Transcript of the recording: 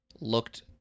looked